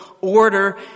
order